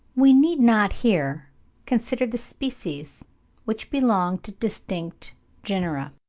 we need not here consider the species which belong to distinct genera